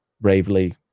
bravely